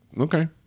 Okay